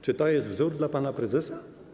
Czy to jest wzór dla pana prezesa?